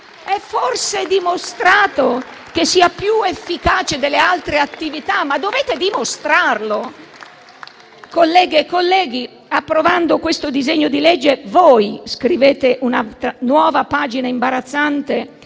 È forse dimostrato che sia più efficace delle altre attività? Però, dovete dimostrarlo. Colleghe e colleghi, approvando questo disegno di legge, voi scrivete una nuova pagina imbarazzante